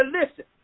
listen